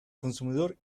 consumidor